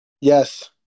yes